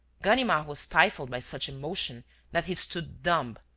ganimard was stifled by such emotion that he stood dumb,